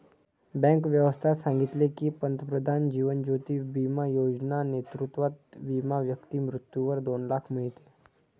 bank व्यवस्था सांगितले की, पंतप्रधान जीवन ज्योती बिमा योजना नेतृत्वात विमा व्यक्ती मृत्यूवर दोन लाख मीडते